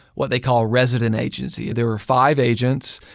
what they call resident agency. there were five agents.